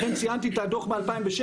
לכן ציינתי את הדו"ח מ-2007,